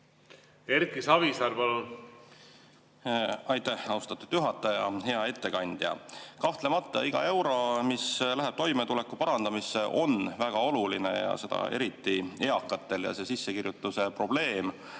kord aastas? Aitäh, austatud juhataja! Hea ettekandja! Kahtlemata iga euro, mis läheb toimetuleku parandamisse, on väga oluline, seda eriti eakatel, ja see sissekirjutuse probleem